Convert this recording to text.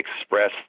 express